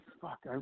Fuck